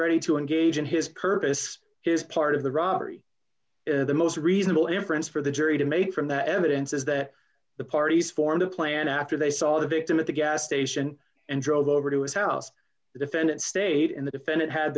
ready to engage in his purpose his part of the robbery the most reasonable inference for the jury to make from the evidence is that the parties formed a plan after they saw the victim at the gas station and drove over to his house the defendant stayed in the defendant had